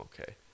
okay